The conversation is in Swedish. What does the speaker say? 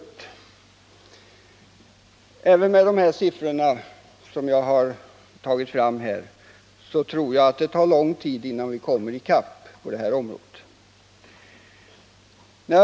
Jag tror att även om utbyggnaden skulle ske i enlighet med de beräkningar jag tagit fram här, så kommer det att ta lång tid innan vi kan täcka behovet på området.